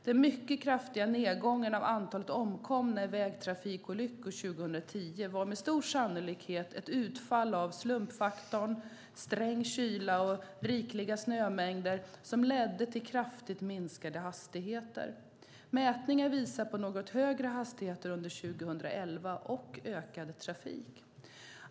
Den mycket kraftiga nedgången av antalet omkomna i vägtrafikolyckor 2010 var med stor sannolikhet ett utfall av slumpfaktorn, samt sträng kyla och rikliga snömängder, som ledde till kraftigt minskande hastigheter. Mätningar visar på något högre hastigheter under 2011 och ökad trafik.